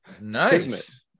nice